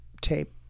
tape